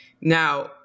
Now